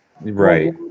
Right